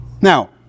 Now